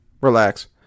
relax